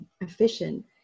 efficient